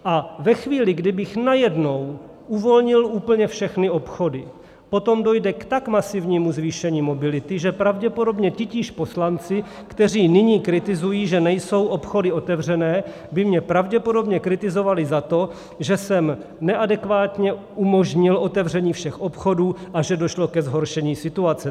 A ve chvíli, kdybych najednou uvolnil úplně všechny obchody, potom dojde k tak masivnímu zvýšení mobility, že pravděpodobně titíž poslanci, kteří nyní kritizují, že nejsou obchody otevřené, by mě pravděpodobně kritizovali za to, že jsem neadekvátně umožnil otevření všech obchodů a že došlo ke zhoršení situace.